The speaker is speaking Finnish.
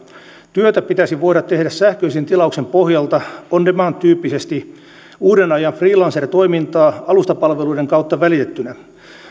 työtä pitäisi voida tehdä sähköisen tilauksen pohjalta on demand tyyppisesti uuden ajan freelancertoimintaa alustapalveluiden kautta välitettynä